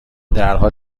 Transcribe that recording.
درها